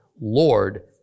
Lord